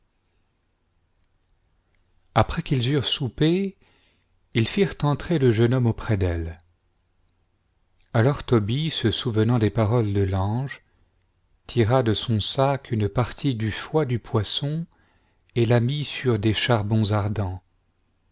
après qu'ils eurent soupe ils firent entrer le jeune homme auprès d'elle alors tobie se souvenant des paroles de l'ange tira de son sac une partie du foie du poisson et la mit sur des charbons ardents